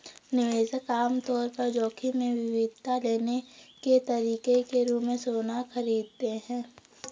निवेशक आम तौर पर जोखिम में विविधता लाने के तरीके के रूप में सोना खरीदते हैं